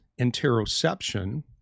interoception